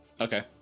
Okay